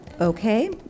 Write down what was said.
Okay